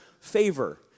favor